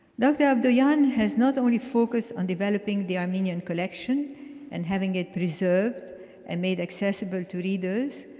dr. avdoyan has not only focused on developing the armenian collection and having it preserved and made accessible to readers.